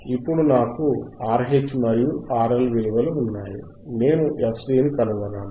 ఇప్పుడు నాకు RH మరియు RL విలువలు ఉన్నాయి నేను fCని కనుగొనాలి